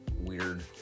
weird